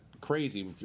crazy